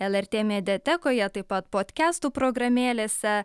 lrt mediatekoje taip pat podkestų programėlėse